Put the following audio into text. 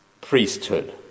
priesthood